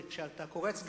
זה שאתה קורץ לימין,